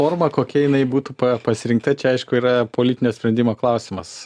forma kokia jinai būtų pasirinkta čia aišku yra politinio sprendimo klausimas